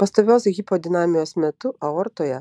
pastovios hipodinamijos metu aortoje